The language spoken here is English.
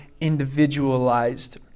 individualized